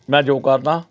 ਮੈਂ ਯੋਗ ਕਰਦਾਂ